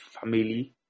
family